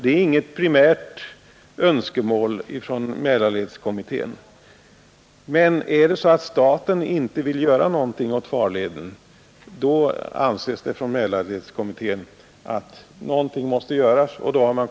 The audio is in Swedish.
Det är inget primärt önskemål från Mälarledskommittén, men om staten inte vill göra någonting åt farleden anser Mälarledskommittén att någonting måste göras.